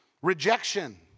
rejection